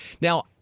Now